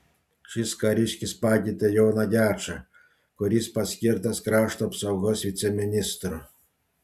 šis kariškis pakeitė joną gečą kuris paskirtas krašto apsaugos viceministru